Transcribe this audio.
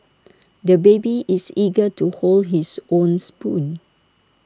the baby is eager to hold his own spoon